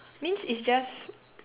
means it's just